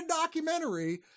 documentary